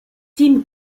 tim